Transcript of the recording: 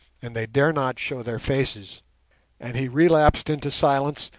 and they dare not show their faces and he relapsed into silence,